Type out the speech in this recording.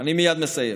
אני מייד מסיים.